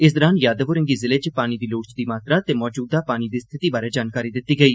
इस दौरान यादव होरें गी जिले च पानी दी लोड़चदी मात्रा ते मौजूदा पानी दी स्थिति बारै जानकारी दिती गेई